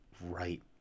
right